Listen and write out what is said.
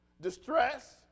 distress